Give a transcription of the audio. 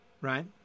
right